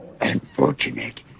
Unfortunate